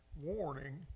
warning